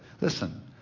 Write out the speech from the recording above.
listen